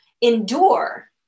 endure